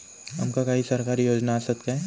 आमका काही सरकारी योजना आसत काय?